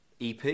EP